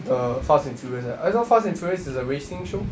the fast and furious eh I thought fast and furious is a racing show